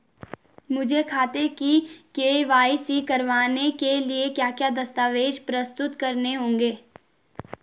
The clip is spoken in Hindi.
मुझे खाते की के.वाई.सी करवाने के लिए क्या क्या दस्तावेज़ प्रस्तुत करने होंगे?